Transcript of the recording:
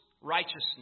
righteousness